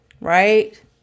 right